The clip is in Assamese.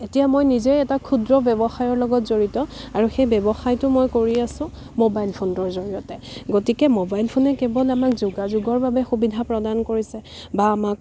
এতিয়া মই নিজে এটা ক্ষুদ্ৰ ব্যৱসায়ৰ লগত জড়িত আৰু সেই ব্যৱসায়টো মই কৰি আছোঁ ম'বাইল ফোনটোৰ জৰিয়তে গতিকে মোবাইল ফোনে কেৱল আমাক যোগাযোগৰ বাবে সুবিধা প্ৰদান কৰিছে বা আমাক